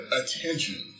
attention